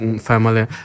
family